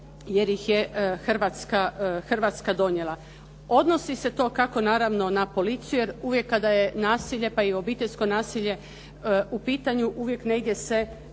jer ih je Hrvatska donijela. Odnosi se to kako naravno na policiju, jer uvijek kada je nasilje, pa i obiteljsko nasilje u pitanju, uvijek negdje se,